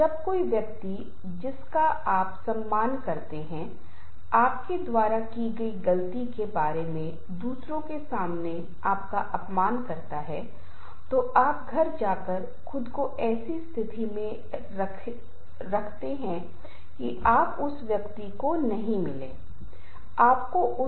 लेकिन वास्तव में ऐसे विद्वान हैं जो यह मानते हैं कि संघर्ष को हर समय नकारात्मक नहीं देखा जाना चाहिए लेकिन संघर्ष को कुछ ऐसा भी देखा जा सकता है जो सोचने के लिए कुछ और अंतर्दृष्टि दे सकता है या कुछ नए विचार भी हो सकते हैं